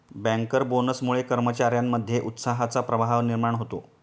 banker बोनसमुळे कर्मचार्यांमध्ये उत्साहाचा प्रवाह निर्माण होतो